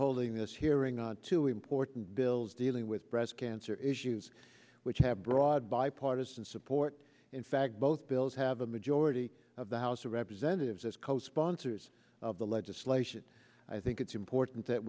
holding this hearing on two important bills dealing with breast cancer issues which have broad bipartisan support in fact both bills have a majority of the house of representatives as co sponsors of the legislation i think it's important that